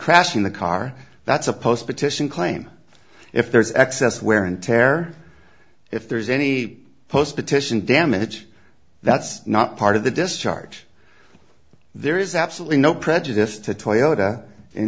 crashing the car that's a post petition claim if there is excess wear and tear if there's any post petition damage that's not part of the discharge there is absolutely no prejudice to toyota